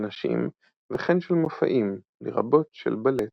של נשים וכן של מופעים – לרבות של בלט.